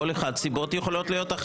יכולות להיות סיבות אחרות.